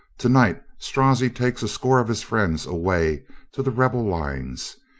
to-night strozzi takes a score of his friends away to the rebel lines.